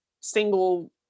single